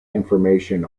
information